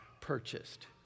purchased